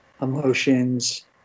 emotions